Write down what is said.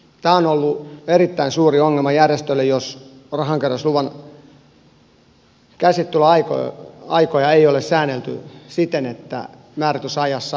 tämä on ollut erittäin suuri ongelma järjestöille jos rahankeräysluvan käsittelyaikoja ei ole säännelty siten että määrätyssä ajassa saisi sen päätöksen